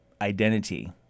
identity